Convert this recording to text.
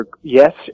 yes